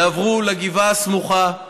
יעברו לגבעה הסמוכה.